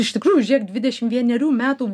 iš tikrųjų žiūrėk dvidešim vienerių metų